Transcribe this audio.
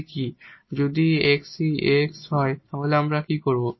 যদি এই x 𝑒 𝑎𝑥 হয় তাহলে আমরা কি করব